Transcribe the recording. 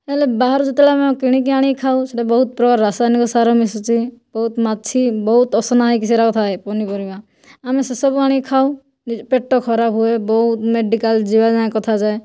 ହେଲେ ବାହାରୁ ଯେତେବେଳେ ଆମେ କିଣିକି ଆଣି ଖାଉ ସେଇଟା ବହୁତ ପ୍ରକାର ରାସାୟନିକ ସାର ମିଶୁଛି ବହୁତ ମାଛି ବହୁତ ଅସନା ହୋଇକି ସେଗୁଡ଼ାକ ଥାଏ ପନିପରିବା ଆମେ ସେସବୁ ଆଣିକି ଖାଉ ପେଟ ଖରାପ ହୁଏ ବହୁତ ମେଡ଼ିକାଲ ଯିବା ଯାଏଁ କଥା ଯାଏ